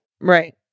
right